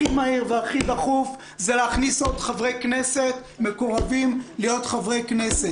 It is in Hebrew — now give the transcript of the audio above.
הכי מהיר והכי דחוף זה להכניס עוד אנשים מקורבים להיות חברי כנסת.